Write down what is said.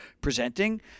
presenting